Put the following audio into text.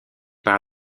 par